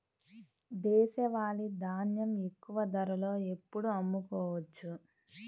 దేశవాలి ధాన్యం ఎక్కువ ధరలో ఎప్పుడు అమ్ముకోవచ్చు?